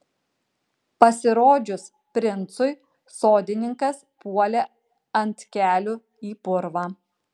pasirodžius princui sodininkas puolė ant kelių į purvą